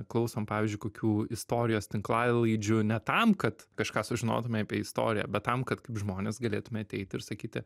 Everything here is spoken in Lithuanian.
klausom pavyzdžiui kokių istorijos tinklalaidžių ne tam kad kažką sužinotume apie istoriją bet tam kad kaip žmonės galėtume ateiti ir sakyti